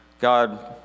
God